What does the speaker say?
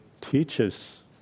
teaches